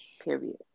period